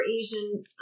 Asian